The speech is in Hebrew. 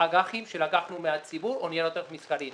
אג"חים שלקחנו מהציבור או ניירות ערך מסחריים.